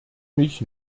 mich